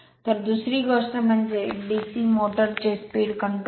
तर दुसरी गोष्ट म्हणजे DC मोटर चे स्पीड कंट्रोल